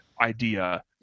idea